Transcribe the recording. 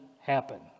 happen